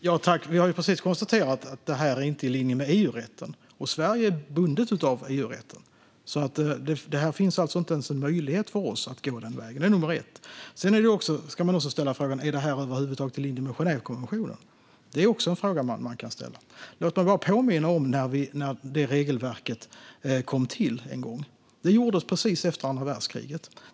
Fru talman! Vi har ju precis konstaterat att detta inte är i linje med EU-rätten. Eftersom Sverige är bundet av EU-rätten finns det inte ens möjlighet för oss att gå den vägen. Det är nummer ett. Sedan ska man ställa frågan om detta över huvud taget är i linje med Genèvekonventionen. Det är också en fråga man kan ställa. Låt mig bara påminna om när detta regelverk en gång kom till, nämligen precis efter andra världskriget.